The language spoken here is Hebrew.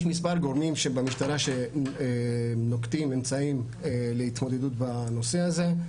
יש מספר גורמים במשטרה שנוקטים אמצעים להתמודדות בנושא הזה,